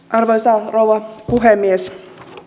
arvoisa rouva puhemies